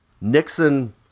Nixon